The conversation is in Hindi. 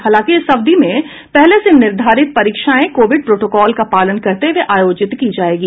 हालांकि इस अवधि में पहले से निर्धारित परीक्षाएं कोविड प्रोटोकॉल का पालन करते हुए आयोजित की जायेंगी